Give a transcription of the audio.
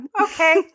Okay